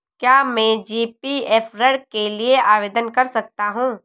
क्या मैं जी.पी.एफ ऋण के लिए आवेदन कर सकता हूँ?